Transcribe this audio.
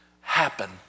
happen